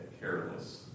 careless